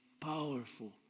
powerful